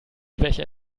becher